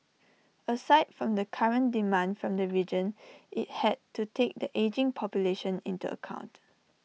aside from the current demand from the region IT had to take the ageing population into account